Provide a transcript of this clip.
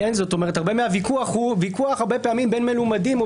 הרבה מהוויכוח הוא הרבה פעמים ויכוח בין מלומדים או